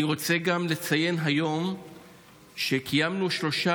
אני רוצה גם לציין היום שקיימנו שלושה